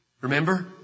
Remember